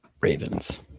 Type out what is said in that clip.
Ravens